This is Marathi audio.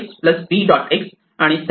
x आणि सेल्फ